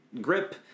grip